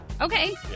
Okay